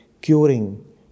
curing